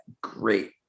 great